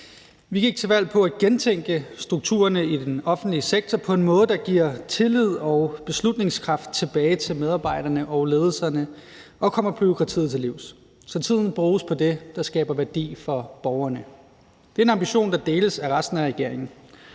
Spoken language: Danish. Vi gik til valg på at gentænke strukturerne i den offentlige sektor på en måde, der giver tillid og beslutningskraft tilbage til medarbejderne og ledelserne og kommer bureaukratiet til livs, så tiden bruges på det, der skaber værdi for borgerne. Det er en ambition, der deles af resten af regeringen.